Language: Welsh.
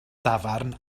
dafarn